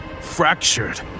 fractured